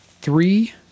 three